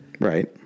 Right